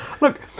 Look